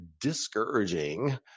discouraging